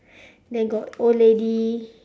then got old lady